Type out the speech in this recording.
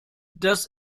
das